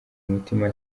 umutima